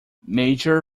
major